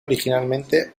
originalmente